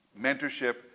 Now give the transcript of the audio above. mentorship